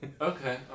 Okay